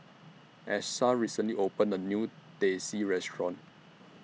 Achsah recently opened A New Teh C Restaurant